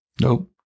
Nope